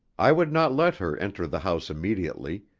i would not let her enter the house immediately,